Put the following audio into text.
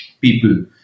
people